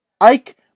Ike